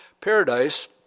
paradise